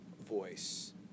voice